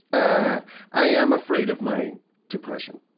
ah i am afraid of my depression.